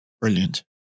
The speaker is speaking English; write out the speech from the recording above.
brilliant